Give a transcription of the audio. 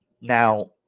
Now